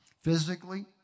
physically